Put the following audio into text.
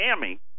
Miami